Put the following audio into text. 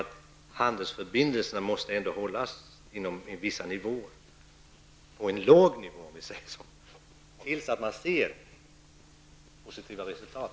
Men handelsförbindelserna måste ändå hållas på en låg nivå till dess man kan se positiva resultat.